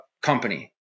company